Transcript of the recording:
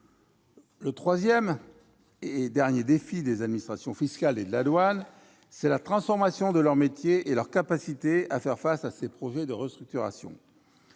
Le troisième et dernier défi à relever par les administrations fiscale et des douanes est la transformation de leurs métiers, et leur capacité à faire face aux projets de restructuration.